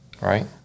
Right